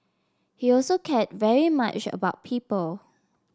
he also cared very much about people